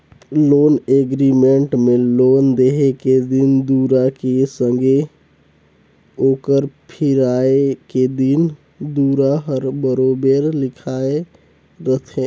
loan agreement में loan देहे के दिन दुरा के संघे ओकर फिराए के दिन दुरा हर बरोबेर लिखाए रहथे